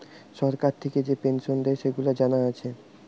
সরকার থিকে যে পেনসন দেয়, সেগুলা জানা আছে